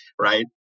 right